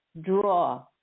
Draw